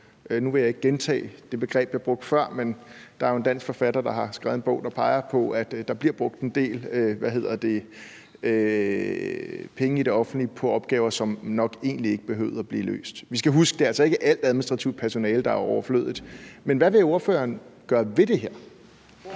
Nu vil jeg ikke gentage det begreb, jeg brugte før, men der er jo en dansk forfatter, der har skrevet en bog, der peger på, at der bliver brugt en del penge i det offentlige på opgaver, som nok egentlig ikke behøvede at blive løst. Vi skal huske, at det altså ikke er alt administrativt personale, der er overflødigt. Men hvad vil ordføreren gøre ved det her?